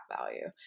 value